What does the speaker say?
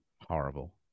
horrible